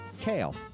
kale